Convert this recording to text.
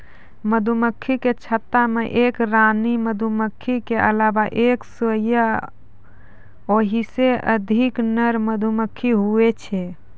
मधुमक्खी के छत्ता मे एक रानी मधुमक्खी के अलावा एक सै या ओहिसे अधिक नर मधुमक्खी हुवै छै